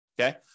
okay